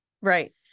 right